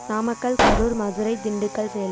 Namakkal Karur Madurai Dindigul Salem